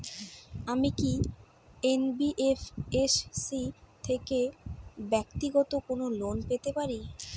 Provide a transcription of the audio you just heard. আমি কি এন.বি.এফ.এস.সি থেকে ব্যাক্তিগত কোনো লোন পেতে পারি?